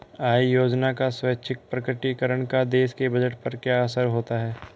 आय योजना का स्वैच्छिक प्रकटीकरण का देश के बजट पर क्या असर होता है?